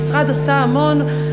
המשרד עשה המון,